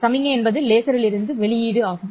சமிக்ஞை என்பது லேசரிலிருந்து வெளியீடு ஆகும்